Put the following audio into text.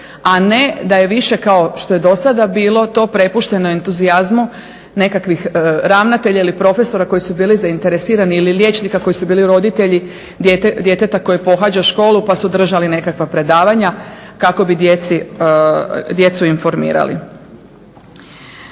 a ne da je više kao što je dosada bilo to prepušteno entuzijazmu nekakvih ravnatelja ili profesora koji su bili zainteresirani ili liječnika koji su bili roditelji djeteta koje pohađa školu pa su držali nekakva predavanja kako bi djecu informirali.